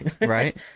Right